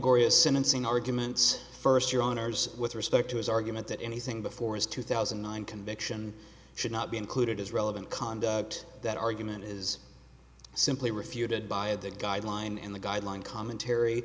goriest sentencing arguments first your honour's with respect to his argument that anything before his two thousand and nine conviction should not be included is relevant conduct that argument is simply refuted by the guideline in the guideline commentary